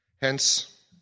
Hence